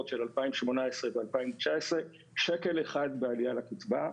של 2018 ו-2019 שקל אחד בעליה לקצבה.